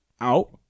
out